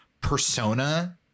persona